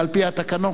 ועל-פי התקנון,